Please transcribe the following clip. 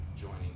Joining